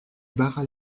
barra